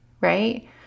right